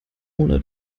ohne